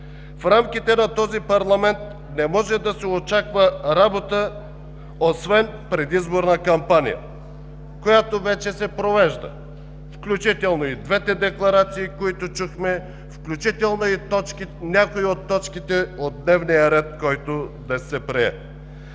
В рамките на този парламент не може да се очаква работа, освен предизборна кампания, която вече се провежда, включително и двете декларации, които чухме, включително и някои от точките от дневния ред, който днес се прие.